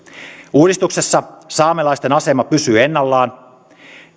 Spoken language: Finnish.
uudistuksessa saamelaisten asema pysyy ennallaan